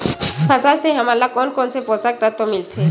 फसल से हमन ला कोन कोन से पोषक तत्व मिलथे?